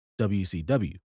WCW